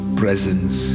presence